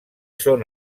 són